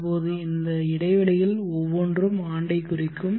இப்போது இந்த இடைவெளிகள் ஒவ்வொன்றும் ஆண்டைக் குறிக்கும்